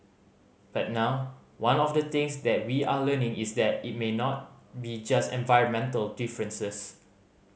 but now one of the things that we are learning is that it may not be just environmental differences